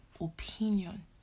opinion